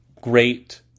great